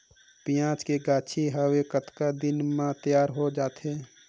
पियाज के गाछी हवे कतना दिन म तैयार हों जा थे?